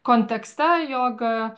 kontekste jog